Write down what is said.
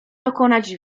dokonać